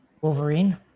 Wolverine